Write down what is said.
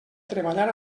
treballar